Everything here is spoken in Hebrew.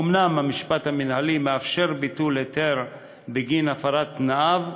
אומנם המשפט המינהלי מאפשר ביטול היתר בגין הפרת תנאיו,